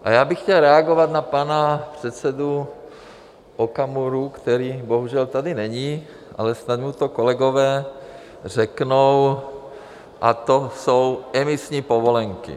A já bych chtěl reagovat na pana předsedu Okamuru, který bohužel tady není, ale snad mu to kolegové řeknou, a to jsou emisní povolenky.